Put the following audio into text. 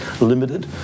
limited